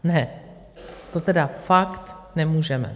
Ne, to teda fakt nemůžeme.